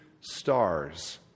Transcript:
stars